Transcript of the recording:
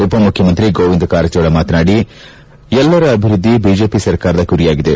ಉಪಮುಖ್ಯಮಂತ್ರಿ ಗೋವಿಂದ ಕಾರಜೋಳ ಮಾತನಾಡಿ ಎಲ್ಲರ ಅಭಿವ್ಯದ್ಲಿ ಬಿಜೆಪಿ ಸರ್ಕಾರದ ಗುರಿಯಾಗಿದೆ